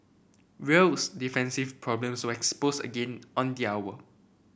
real's defensive problems were exposed again on the hour